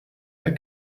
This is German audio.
der